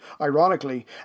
Ironically